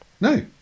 No